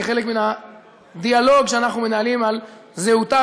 כחלק מן הדיאלוג שאנחנו מנהלים על זהותה